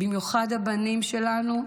במיוחד הבנים שלנו,